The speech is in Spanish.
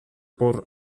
por